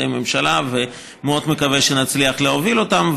ממשלה ומאוד מקווה שנצליח להוביל אותם,